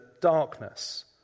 darkness